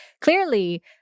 clearly